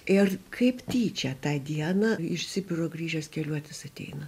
ir kaip tyčia tą dieną iš sibiro grįžęs keliuotis ateina